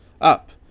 Up